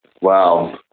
Wow